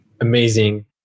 amazing